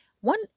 one